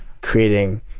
creating